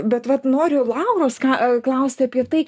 bet vat noriu lauros ką klausti apie tai